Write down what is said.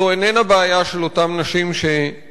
זו אינה בעיה של אותן נשים שמוטרדות,